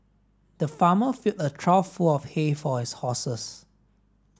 the farmer filled a trough full of hay for his horses